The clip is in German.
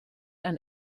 ein